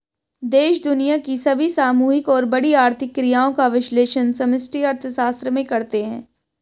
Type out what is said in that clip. देश दुनिया की सभी सामूहिक और बड़ी आर्थिक क्रियाओं का विश्लेषण समष्टि अर्थशास्त्र में करते हैं